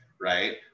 right